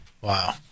Wow